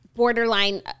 borderline